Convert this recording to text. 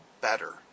better